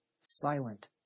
silent